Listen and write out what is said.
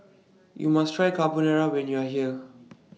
YOU must Try Carbonara when YOU Are here